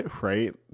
right